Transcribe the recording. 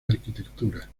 arquitectura